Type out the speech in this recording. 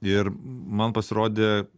ir man pasirodė